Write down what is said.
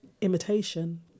imitation